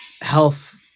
health